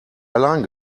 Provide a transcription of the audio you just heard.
allein